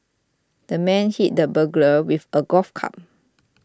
the man hit the burglar with a golf club